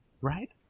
right